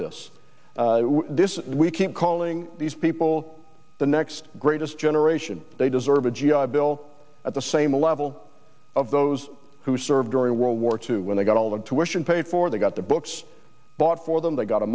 this we keep calling these people the next greatest generation they deserve a g i bill at the same level of those who served during world war two when they got all that tuitions paid for they got their books bought for them they got a